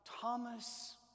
Thomas